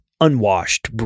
unwashed